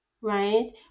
right